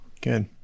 Good